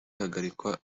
ihagarikwa